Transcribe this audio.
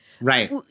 Right